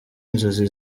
inzozi